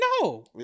No